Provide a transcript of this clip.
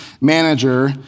manager